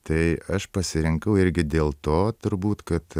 tai aš pasirinkau irgi dėl to turbūt kad